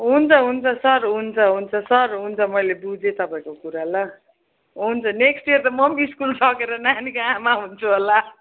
हुन्छ हुन्छ सर हुन्छ हुन्छ सर हुन्छ मैले बुझेँ तपाईँको कुरा ल हुन्छ नेक्सट इयर त म म स्कुल सकेर नानीको आमा हुन्छु होला